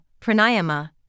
pranayama